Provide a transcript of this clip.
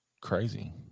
Crazy